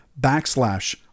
backslash